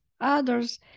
others